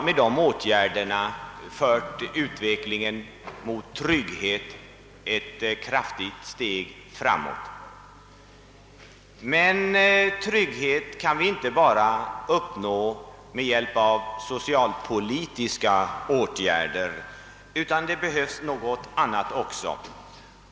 Med dessa åtgärder har vi fört utvecklingen mot trygghet ett stort steg framåt. Men trygghet kan vi inte uppnå enbart med hjälp av socialpolitiska åtgärder. Det behövs något annat också.